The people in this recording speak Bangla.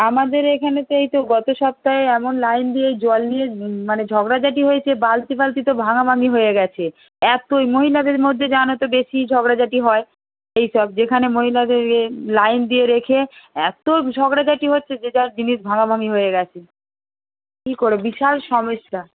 আমাদের এখানে তো এই তো গত সপ্তাহে এমন লাইন দিয়ে জল নিয়ে মানে ঝগড়াঝাঁটি হয়েছে বালতি ফালতি তো ভাঙাভাঙি হয়ে গিয়েছে এত ইয়ে মহিলাদের মধ্যে জানো তো বেশিই ঝগড়াঝাঁটি হয় এই সব যেখানে মহিলাদের এ লাইন দিয়ে রেখে এত ঝগড়াঝাঁটি হচ্ছে যে যার জিনিস ভাঙাভাঙি হয়ে গিয়েছে কী করবে বিশাল সমস্যা